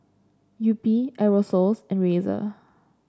Yupi Aerosoles and Razer